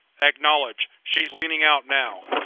acknowledged. she's leaning out now.